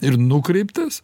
ir nukreiptas